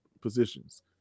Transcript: positions